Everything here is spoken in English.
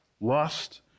lust